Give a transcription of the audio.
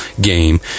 game